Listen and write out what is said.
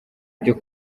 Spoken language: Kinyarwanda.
byo